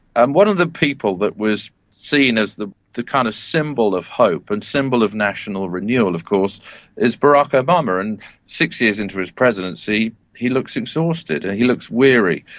and one of the people that was seen as the the kind of symbol of hope and symbol of national renewal of course is barack obama. and six years into his presidency he looks exhausted, and he looks weary,